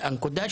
הנקודה,